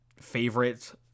favorite